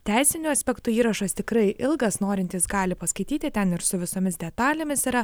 teisiniu aspektu įrašas tikrai ilgas norintys gali paskaityti ten ir su visomis detalėmis yra